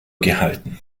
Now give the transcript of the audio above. gehalten